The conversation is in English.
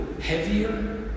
heavier